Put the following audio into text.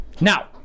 Now